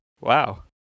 wow